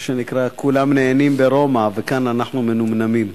מה שנקרא, כולם נהנים ברומא, וכאן אנחנו מנומנמים.